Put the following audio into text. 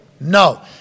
no